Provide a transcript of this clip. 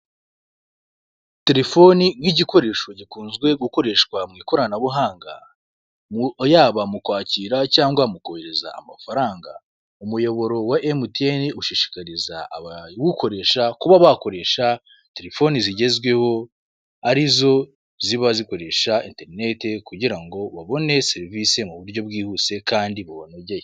Telefoni nk'igikoresho gikunzwe gukoreshwa mu ikoranabuhanga, yaba mu kwakira cyangwa mu kohereza amafaranga. Umuyoboro wa emutiyeni ushishikariza abawukoresha kuba bakoresha telefoni zigezweho, arizo ziba zikoresha enterinete kugirango babone serivise mu buryo bwihuse kandi bubanogeye.